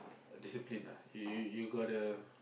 discipline lah you you got the